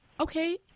okay